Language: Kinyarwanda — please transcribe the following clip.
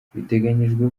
biteganyijwe